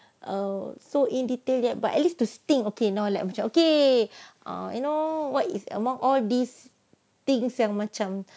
err so in detail yet but at least to think okay now macam okay ah you know what is among all these things yang macam